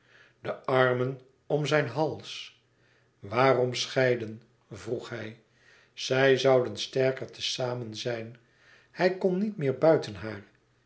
de armen om zijn hals waarom scheiden vroeg hij zij zouden sterker te zamen zijn hij kon niet meer buiten haar